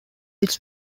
its